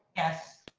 yes.